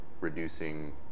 reducing